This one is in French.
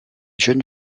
jeune